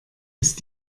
ist